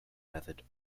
method